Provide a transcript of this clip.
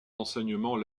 enseignement